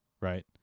right